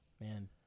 man